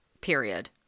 Period